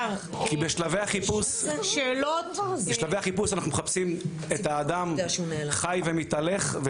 כי בשלבי החיפוש אנחנו מחפשים את האדם חי ומתהלך,